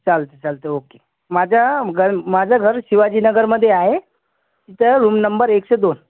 चालते चालते ओके माझ्या घर माझं घर शिवाजीनगरमध्ये आहे तर रूम नंबर एकशे दोन